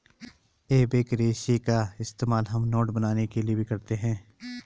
एबेक रेशे का इस्तेमाल हम नोट बनाने के लिए भी करते हैं